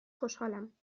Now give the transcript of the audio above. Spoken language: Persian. خوشحالم